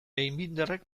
einbinderrek